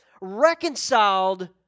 reconciled